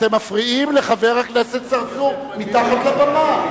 אתם מפריעים לחבר הכנסת צרצור מתחת לבמה.